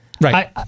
Right